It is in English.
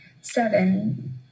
Seven